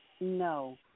No